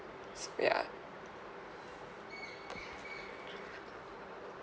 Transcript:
s~ ya